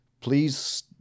Please